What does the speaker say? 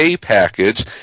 package